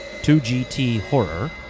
2GTHorror